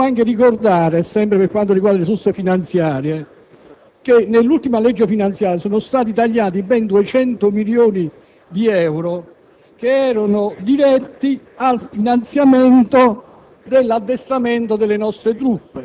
Presidente, qui si pone un problema per quanto riguarda le risorse. Tutti, anche il Ministro della difesa e il Ministro degli affari esteri, sanno che il finanziamento previsto da questo decreto copre appena il 60